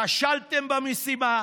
כשלתם במשימה,